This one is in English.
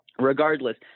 Regardless